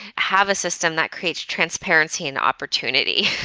have a system that creates transparency and opportunity.